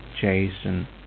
Jason